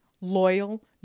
loyal